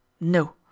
no